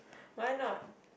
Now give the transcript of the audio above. why not